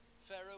Pharaoh